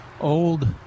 old